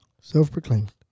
Self-proclaimed